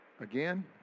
Again